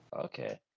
Okay